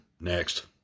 Next